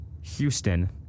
Houston